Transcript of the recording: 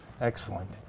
excellent